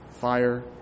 fire